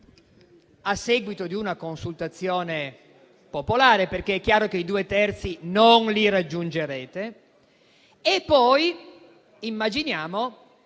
a seguito di una consultazione popolare, perché è chiaro che i due terzi non li raggiungerete. Immaginiamo